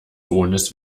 sohnes